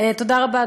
תודה רבה,